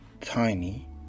tiny